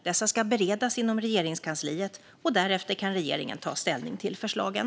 Dessa ska beredas inom Regeringskansliet, och därefter kan regeringen ta ställning till förslagen.